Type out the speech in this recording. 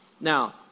Now